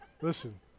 Listen